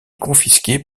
confisqués